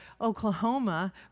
Oklahoma